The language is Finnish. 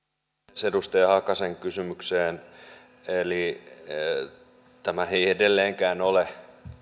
puhemies edustaja hakasen kysymykseen tämä ei edelleenkään ole